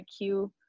IQ